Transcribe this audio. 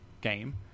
game